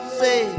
say